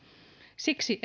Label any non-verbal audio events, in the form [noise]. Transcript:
siksi [unintelligible]